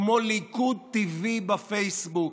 כמו ליכוד TV בפייסבוק.